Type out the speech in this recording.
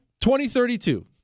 2032